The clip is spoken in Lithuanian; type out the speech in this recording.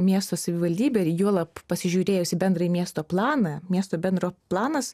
miesto savivaldybė ir juolab pasižiūrėjus į bendrąjį miesto planą miesto bendro planas